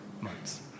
months